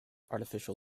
artificial